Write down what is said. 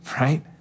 right